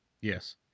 Yes